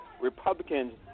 republicans